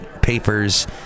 papers